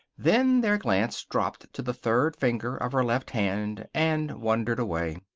then their glance dropped to the third finger of her left hand, and wandered away.